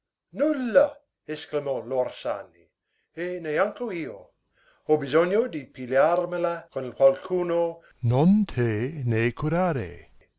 nulla esclamò l'orsani e neanche io ho bisogno di pigliarmela con qualcuno non te ne curare